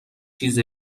چیز